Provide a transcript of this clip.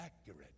accurate